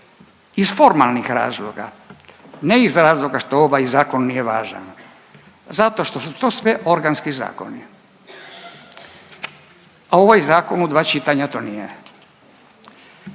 iz formalnih razloga, ne iz razloga što ovaj zakon nije važan zato što su sve to organski zakoni. Ovaj zakon u dva čitanja to nije